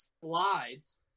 slides